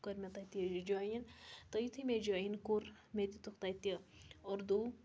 کٔر مےٚ تَتہِ جایِن تہٕ یُتھُے مےٚ جاین کوٚر مےٚ دِتُکھ تَتہِ اردو